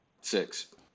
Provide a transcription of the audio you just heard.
Six